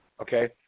okay